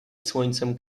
słońcem